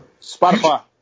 Spotify